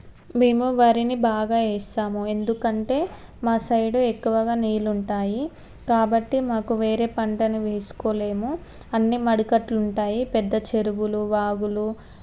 మేము వరిని బాగా వేస్తాము ఎందుకంటే మా సైడు ఎక్కువగా నీళ్ళుంటాయి కాబట్టి మాకు వేరే పంటని వేసుకోలేము అన్నీ మడికట్లు ఉంటాయి పెద్ద చెరువులు వాగులు